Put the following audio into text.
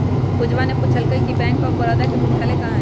पूजवा ने पूछल कई कि बैंक ऑफ बड़ौदा के मुख्यालय कहाँ हई?